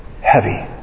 Heavy